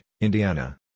Indiana